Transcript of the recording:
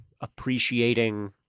appreciating